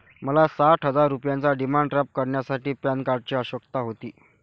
मला साठ हजार रुपयांचा डिमांड ड्राफ्ट करण्यासाठी पॅन कार्डची आवश्यकता होती